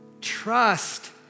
trust